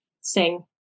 sing